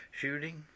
shooting